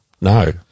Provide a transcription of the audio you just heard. No